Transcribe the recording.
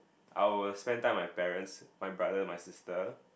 I will spend time with my parents my brother my sister